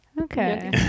okay